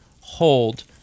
hold